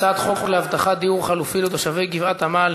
הצעת חוק להבטחת דיור חלופי לתושבי גבעת-עמל,